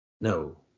No